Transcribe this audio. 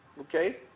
Okay